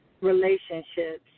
relationships